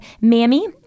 Mammy